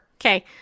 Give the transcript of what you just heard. Okay